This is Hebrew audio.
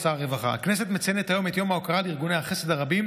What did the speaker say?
שר הרווחה: הכנסת מציינת היום את יום ההוקרה לארגוני החסד הרבים